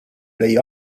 play